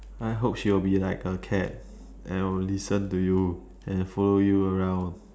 I hope she will be like a cat and will listen to you and follow you around